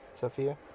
Sophia